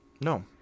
No